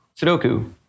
Sudoku